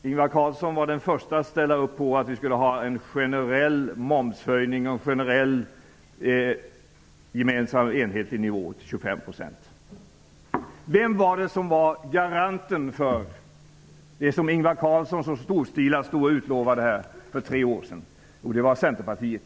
Ingvar Carlsson var den första att tycka att vi skulle införa en generell momshöjning, en enhetlig nivå på Ingvar Carlsson så storstilat utlovade här för tre år sedan? Jo, det var Centerpartiet.